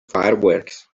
fireworks